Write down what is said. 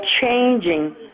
changing